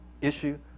issue